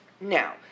Now